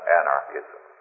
anarchism